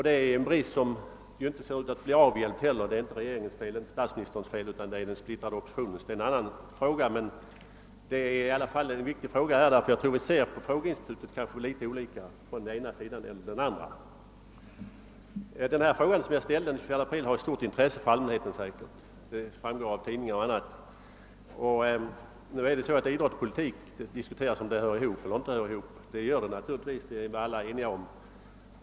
Det är en brist som inte synes komma att avhjälpas, och det är givetvis inte heller statsministerns eller regeringens fel att så är, utan det är den splittrade oppositionens fel. Det är nu en annan fråga, men den är ändå viktig eftersom jag tror att vi ser på frågeinstitutet litet olika beroende på vilken sida vi tillhör. Den fråga jag ställde den 24 april var av stort intresse för allmänheten. Det framgår bl.a. av tidningarna. Frågan huruvida idrott och politik hör ihop eller inte diskuteras ju mycket. Och naturligtvis hör politik och idrott ihop. Det kan vi väl vara eniga om.